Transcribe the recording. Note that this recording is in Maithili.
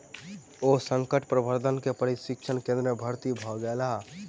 ओ संकट प्रबंधन के प्रशिक्षण केंद्र में भर्ती भ गेला